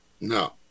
No